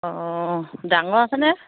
অঁ ডাঙৰ আছেনে